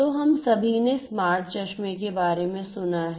तो हम सभी ने स्मार्ट चश्मे के बारे में सुना है